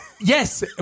yes